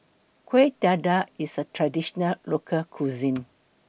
Kueh Dadar IS A Traditional Local Cuisine